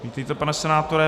Vítejte, pane senátore.